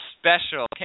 special